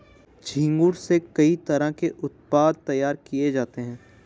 झींगुर से कई तरह के उत्पाद तैयार किये जाते है